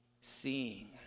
seeing